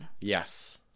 Yes